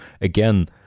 again